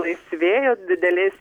laisvėjo didelės